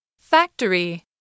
Factory